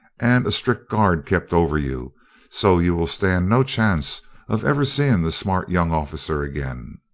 and a strict guard kept over you so you will stand no chance of ever seeing the smart young officer again.